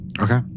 Okay